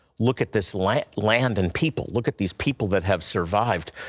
look at this land land and people. look at these people that have survived.